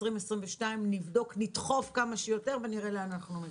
ב-2022 נדחוף כמה שיותר ונראה לאן אנחנו מגיעים.